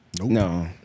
No